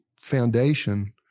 foundation